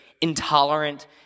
intolerant